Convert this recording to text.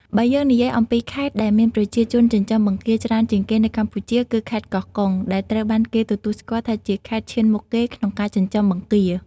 បើយើងនិយាយអំពីខេត្តដែលមានប្រជាជនចិញ្ចឹមបង្គាច្រើនជាងគេនៅកម្ពុជា គឺខេត្តកោះកុង ដែលត្រូវបានគេទទួលស្គាល់ថាជាខេត្តឈានមុខគេក្នុងការចិញ្ចឹមបង្គា។